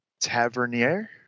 Tavernier